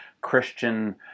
Christian